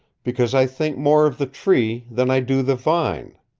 because i think more of the tree than i do the vine.